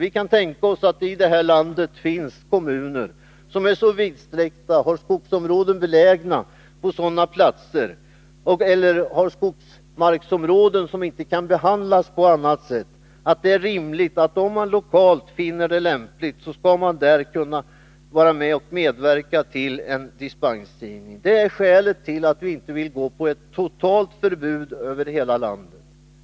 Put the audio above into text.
Vi kan tänka oss att det här i landet finns kommuner som är vidsträckta och har skogsmarksområden som inte kan behandlas på annat sätt. Om man lokalt finner det lämpligt, kan man där medverka till en dispensgivning. Det är skälet till att vi inte vill gå på ett totalt förbud över hela landet.